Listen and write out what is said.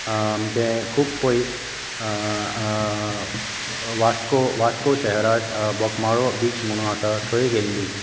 आमचें खूब पयस वास्को वास्को शारांत बोगमाळो बीच म्हुणू आसा थंय गेल्लीं